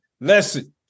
Listen